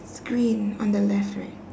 it's green on the left right